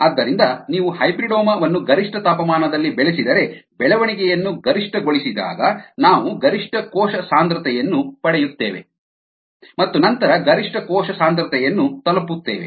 ಆದ್ದರಿಂದ ನೀವು ಹೈಬ್ರಿಡೋಮಾ ವನ್ನು ಗರಿಷ್ಠ ತಾಪಮಾನದಲ್ಲಿ ಬೆಳೆಸಿದರೆ ಬೆಳವಣಿಗೆಯನ್ನು ಗರಿಷ್ಠಗೊಳಿಸಿದಾಗ ನಾವು ಗರಿಷ್ಠ ಕೋಶ ಸಾಂದ್ರತೆಯನ್ನು ಪಡೆಯುತ್ತೇವೆ ಮತ್ತು ನಂತರ ಗರಿಷ್ಠ ಕೋಶ ಸಾಂದ್ರತೆಯನ್ನು ತಲುಪುತ್ತೇವೆ